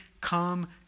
come